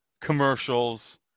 commercials